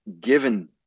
given